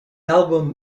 album